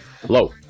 hello